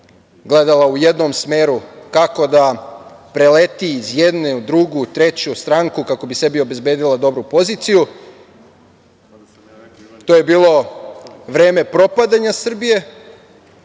gledala u jednom smeru kako da preleti iz jedne u drugu, treću stranku kako bi sebi obezbedila dobru poziciju. To je bilo vreme propadanja Srbije.